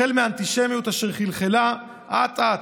החל מאנטישמיות אשר חלחלה אט-אט,